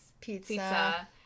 Pizza